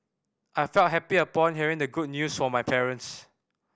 I felt happy upon hearing the good news from my parents